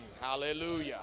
hallelujah